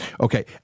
Okay